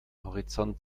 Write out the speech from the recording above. horizont